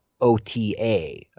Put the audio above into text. OTA